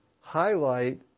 highlight